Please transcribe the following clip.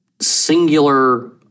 singular